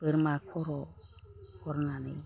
बोरमा खर' हरनानै